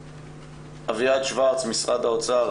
אביעד שוורץ, משרד האוצר.